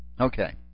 okay